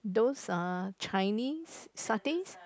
those uh Chinese satays